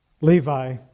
Levi